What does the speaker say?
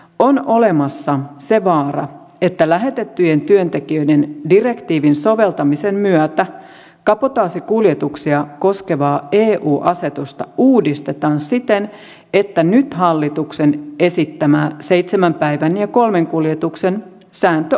on olemassa se vaara että lähetettyjen työntekijöiden direktiivin soveltamisen myötä kabotaasikuljetuksia koskevaa eu asetusta uudistetaan siten että nyt hallituksen esittämä seitsemän päivän ja kolmen kuljetuksen sääntö avataan